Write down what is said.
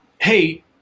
Hey